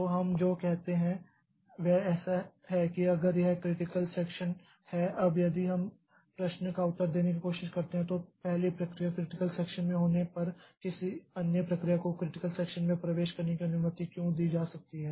तो हम जो कहते हैं वह ऐसा है कि अगर यह क्रिटिकल सेक्षन है अब यदि हम प्रश्न का उत्तर देने की कोशिश करते हैं तो पहली प्रक्रिया क्रिटिकल सेक्षन में होने पर किसी अन्य प्रक्रिया को क्रिटिकल सेक्षन में प्रवेश करने की अनुमति क्यों दी जा सकती है